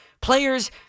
players